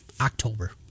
October